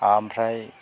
आमफ्राय